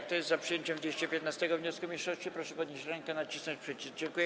Kto jest za przyjęciem 215. wniosku mniejszości, proszę podnieść rękę i nacisnąć przycisk.